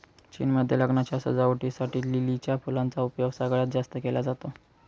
चीन मध्ये लग्नाच्या सजावटी साठी लिलीच्या फुलांचा उपयोग सगळ्यात जास्त केला जातो